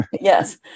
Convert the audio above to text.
Yes